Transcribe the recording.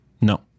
no